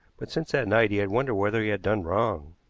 but since that night he had wondered whether he had done wrong.